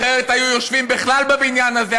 אחרת היו יושבים בכלל בבניין הזה,